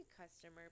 customer